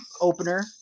opener